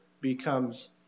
becomes